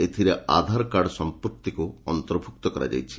ଏଥିରେ ଆଧାର କାର୍ଡ଼ ସଂଯୁକ୍ତିକୁ ଅନ୍ତର୍ଭୁକ୍ତ କରାଯାଇଛି